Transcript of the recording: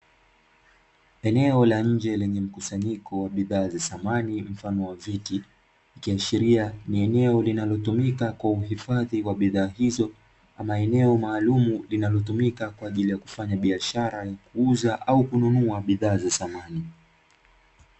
Eneo la nje lenye mkusanyiko wa bidhaa za thamani mfano wa viti, ikiashiria ni eneo linalotumika kwa uhifadhi wa bidhaa hizo, ama eneo maalumu linalotumika kwa ajiri ya kufanya biashara ya kuuza au kununua bidhaa za thamani.